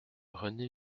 rené